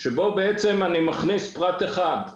שבו בעצם אני מכניס פרט אחד,